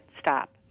stop